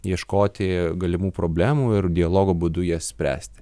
ieškoti galimų problemų ir dialogo būdu jas spręsti